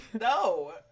No